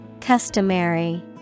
Customary